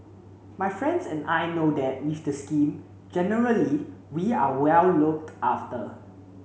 my friends and I know that with the scheme generally we are well looked after